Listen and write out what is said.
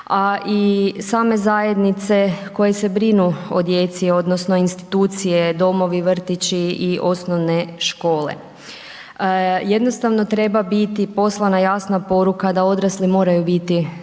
a i same zajednice, koje se brinu o djeci, odnosno, institucije, domovi, vrtići i osnovne škole. Jednostavno treba biti poslana jasna poruka, da odrasli moraju biti